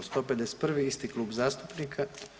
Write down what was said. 151. isti klub zastupnika.